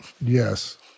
Yes